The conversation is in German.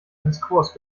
discourse